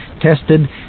tested